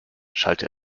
schallte